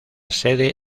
sede